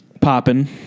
popping